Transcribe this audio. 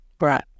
Right